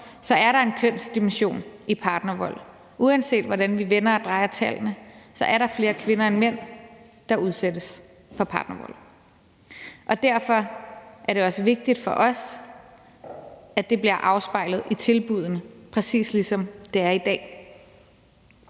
så er der en kønsdimension i partnervold. Uanset hvordan vi vender og drejer tallene, er der flere kvinder end mænd, der udsættes for partnervold. Derfor er det også vigtigt for os, at det bliver afspejlet i tilbuddene, præcis ligesom det er i dag.